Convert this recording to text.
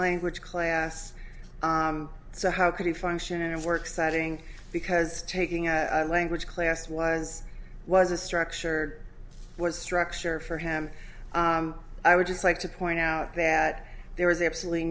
language class so how could he function in a work citing because taking a language class was was a structure was structure for him i would just like to point out that there was absolutely